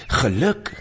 geluk